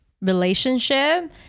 relationship